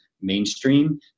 mainstream